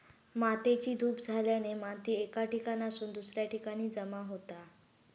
मातेची धूप झाल्याने माती एका ठिकाणासून दुसऱ्या ठिकाणी जमा होता